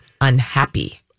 unhappy